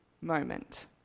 moment